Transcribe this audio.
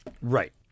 Right